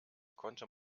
konnte